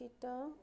এতিয়াও